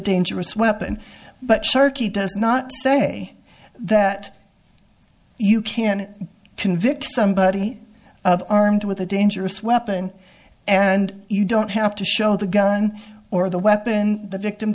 dangerous weapon but sharky does not say that you can convict somebody of armed with a dangerous weapon and you don't have to show the gun or the weapon the victim